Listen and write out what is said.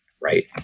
right